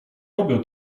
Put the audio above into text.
robią